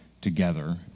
together